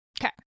Okay